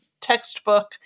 textbook